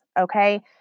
okay